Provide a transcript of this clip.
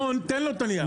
אלון תן לו את הנייר.